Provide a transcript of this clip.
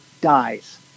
dies